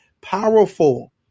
powerful